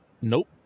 Nope